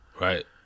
right